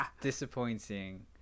disappointing